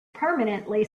permanently